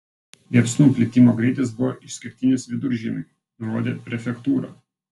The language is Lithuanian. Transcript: liepsnų plitimo greitis buvo išskirtinis viduržiemiui nurodė prefektūra